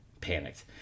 panicked